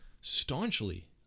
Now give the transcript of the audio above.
staunchly